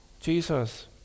Jesus